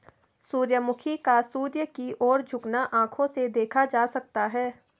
सूर्यमुखी का सूर्य की ओर झुकना आंखों से देखा जा सकता है